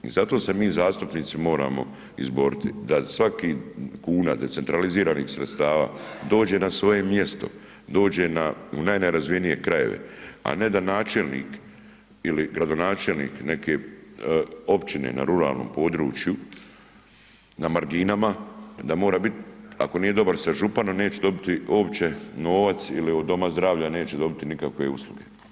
I zato se mi zastupnici moramo izboriti, da svaka kuna decentraliziranih sredstava dođe na svoje mjesto, dođe u najnerazvijenije krajeve a ne da načelnik ili gradonačelnik neke općine na ruralnom području, na marginama da mora bit ako nije dobar sa županom neće dobiti uopće novac ili od doma zdravlja neće dobiti nikakve usluge.